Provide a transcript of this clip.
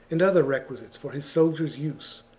and other requisites for his soldiers' use.